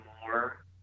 more